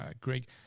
Greg